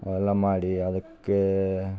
ಅವೆಲ್ಲ ಮಾಡಿ ಅದಕ್ಕೇ